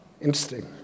Interesting